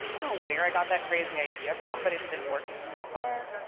i don't know where i got that crazy idea from, but it's been working so far.